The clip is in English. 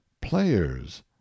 players